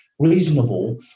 reasonable